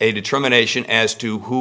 a determination as to who